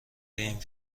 این